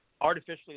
artificially